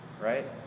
right